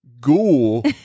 ghoul